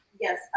Yes